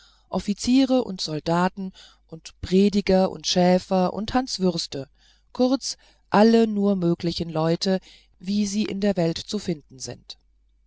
offiziere und soldaten und prediger und schäfer und hanswürste kurz alle nur mögliche leute wie sie in der welt zu finden sind